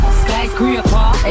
skyscraper